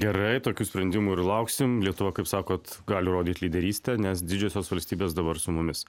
gerai tokių sprendimų ir lauksim lietuva kaip sakot gali rodyt lyderystę nes didžiosios valstybės dabar su mumis